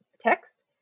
text